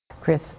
Chris